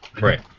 Right